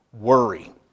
worry